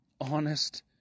honest